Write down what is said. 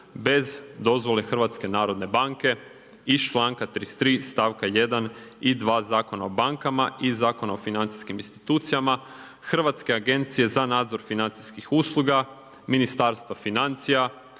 bez dozvole HNB-a iz članka 33 stavka 1. i 2., Zakona o bankama i Zakona o financijskim institucijama. Hrvatske agencije za nadzor financijskih usluga, Ministarstva financija,